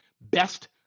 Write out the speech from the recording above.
best